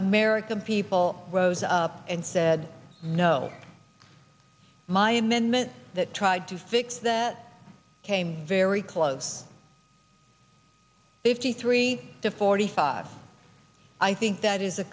american people rose up and said no my amendment that tried to fix that came very close fifty three to forty five i think that is a